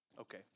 Okay